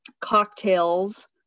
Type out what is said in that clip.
cocktails